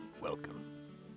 Welcome